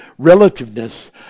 relativeness